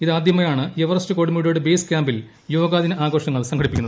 ഇതാദ്യമായാണ് എവറസ്റ്റ് കൊടുമുടിയുടെ ബേസ് ക്യാമ്പിൽ യോഗാദിന ആഘോഷങ്ങൾ സംഘടിപ്പിക്കുന്നത്